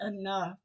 enough